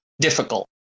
difficult